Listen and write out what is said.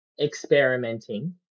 experimenting